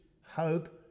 hope